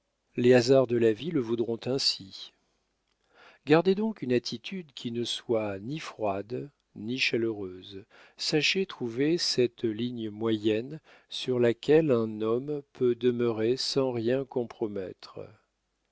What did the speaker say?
les hasards de la vie le voudront ainsi gardez donc une attitude qui ne soit ni froide ni chaleureuse sachez trouver cette ligne moyenne sur laquelle un homme peut demeurer sans rien compromettre